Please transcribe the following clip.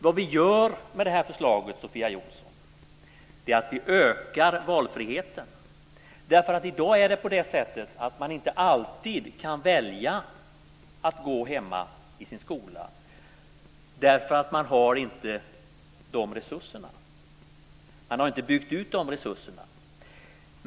Vad vi gör med detta förslag är att vi ökar valfriheten, Sofia Jonsson. I dag kan man nämligen inte alltid välja att gå i sin skola hemma därför att skolan inte har byggt ut resurserna.